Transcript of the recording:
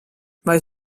vai